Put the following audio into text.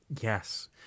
Yes